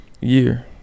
year